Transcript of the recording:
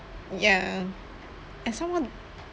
ya and some more